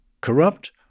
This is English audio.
corrupt